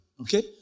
Okay